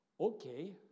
okay